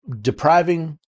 depriving